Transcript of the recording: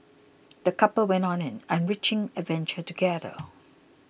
the couple went on an enriching adventure together